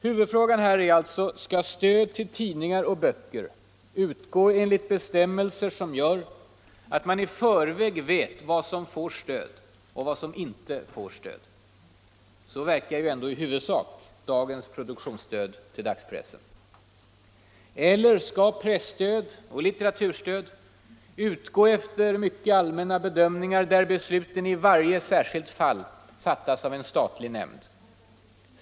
Huvudfrågan är alltså: Skall stöd till tidningar och böcker utgå enligt bestämmelser som gör att man i förväg vet vad som får stöd och vad som inte får stöd? Så verkar ju ändå i huvudsak dagens produktionsstöd till pressen. Eller skall presstöd och litteraturstöd utgå efter mycket allmänna bedömningar där besluten i varje särskilt fall fattas av en statlig nämnd?